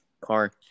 car